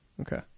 Okay